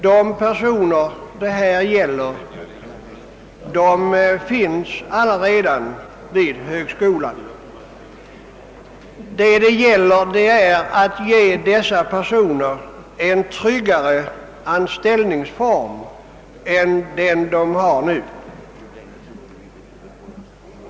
De personer det gäller finns redan vid lantbrukshögskolan; det är bara fråga om att ge dem en tryggare anställningsform än de nu har.